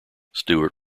stewart